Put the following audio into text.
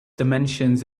dimensions